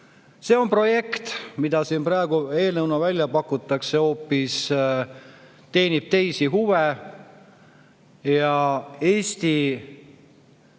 See projekt, mida siin praegu eelnõuna välja pakutakse, teenib hoopis teisi huve ja Eesti